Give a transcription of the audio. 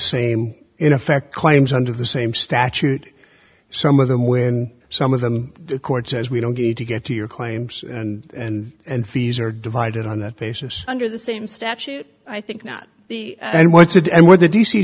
same in effect claims under the same statute some of them when some of them the court says we don't need to get to your claims and and fees are divided on that basis under the same statute i think not and what to do and what the d c